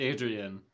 Adrian